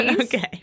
Okay